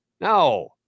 No